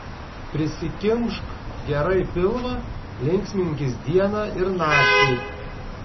prisikimšk gerai pilvą linksminkis dieną ir naktį